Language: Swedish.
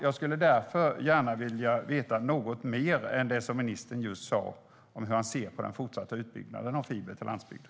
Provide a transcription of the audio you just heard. Jag skulle därför gärna vilja veta något mer än det som ministern just sa om hur han ser på den fortsatta utbyggnaden av fiber på landsbygden.